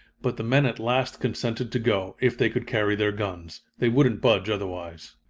but the men at last consented to go, if they could carry their guns. they wouldn't budge otherwise.